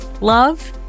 Love